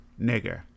nigger